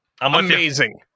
amazing